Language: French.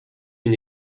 une